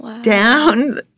down